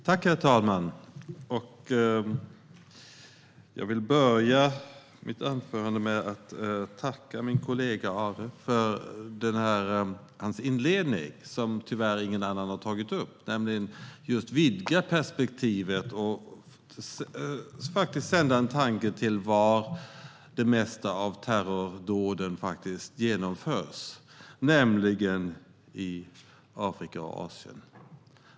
Herr talman! Jag vill börja mitt anförande med att tacka min kollega Arhe för hans inledning. Ingen annan har tagit upp hans strävan att vidga perspektivet och tänka på var de flesta terrordåd faktiskt genomförs, nämligen i Afrika och Asien.